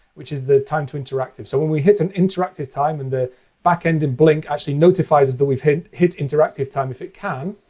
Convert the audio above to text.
which is the time to interactive. so when we hit an interactive time in the back end in blink actually notifies us that we've hit hit interactive time if it can.